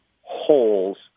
holes